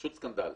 פשוט סקנדל.